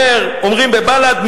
אומרים בבל"ד,